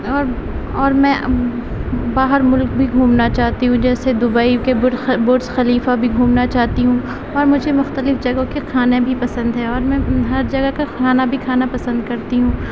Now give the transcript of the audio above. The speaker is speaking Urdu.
اور اور میں باہر ملک بھی گھومنا چاہتی ہوں جیسے دبئی کے برج خلیفہ گھومنا چاہتی ہوں اور مجھے مختلف جگہوں کے کھانا بھی پسند ہے اور میں ہر جگہ کا کھانا بھی کھانا پسند کرتی ہوں